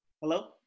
Hello